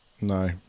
No